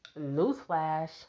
Newsflash